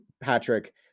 patrick